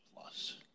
plus